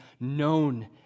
known